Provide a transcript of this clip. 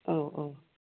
औ औ